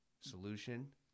solution